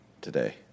today